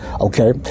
Okay